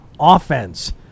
Offense